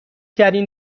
ترین